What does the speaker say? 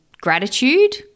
gratitude